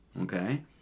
Okay